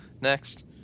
Next